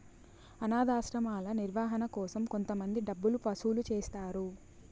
అనాధాశ్రమాల నిర్వహణ కోసం కొంతమంది డబ్బులు వసూలు చేస్తారు